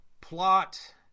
plot